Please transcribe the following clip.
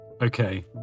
Okay